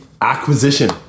acquisition